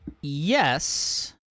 Yes